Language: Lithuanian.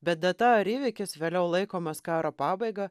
bet data ar įvykis vėliau laikomas karo pabaiga